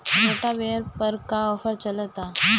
Rotavator पर का offer चलता?